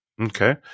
Okay